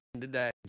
today